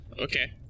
Okay